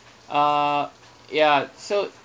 uh ya so